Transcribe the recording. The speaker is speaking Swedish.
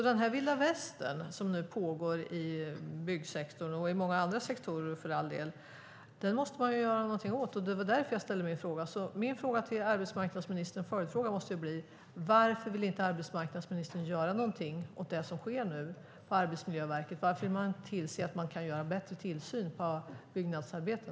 Den här vilda västern som nu råder i byggsektorn, och i många andra sektorer för den delen, måste man ju göra någonting åt. Det var därför jag ställde min fråga. Min följdfråga till arbetsmarknadsministern måste alltså bli: Varför vill inte arbetsmarknadsministern göra någonting åt det som nu sker på Arbetsmiljöverket? Varför vill hon inte se till att Arbetsmiljöverket kan göra bättre tillsyn av byggnadsarbeten?